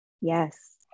Yes